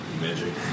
magic